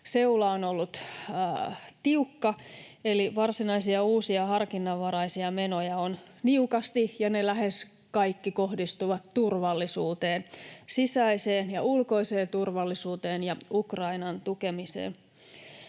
seula on ollut tiukka, eli varsinaisia uusia harkinnanvaraisia menoja on niukasti, ja ne lähes kaikki kohdistuvat turvallisuuteen, sisäiseen ja ulkoiseen turvallisuuteen, ja Ukrainan tukemiseen.